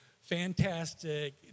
fantastic